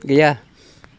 गैया